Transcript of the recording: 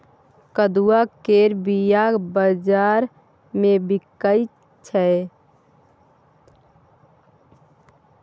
कदुआ केर बीया बजार मे बिकाइ छै